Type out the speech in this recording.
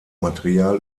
material